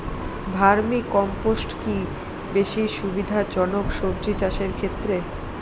Vermi compost কি বেশী সুবিধা জনক সবজি চাষের ক্ষেত্রে?